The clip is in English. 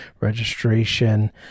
Registration